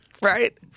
right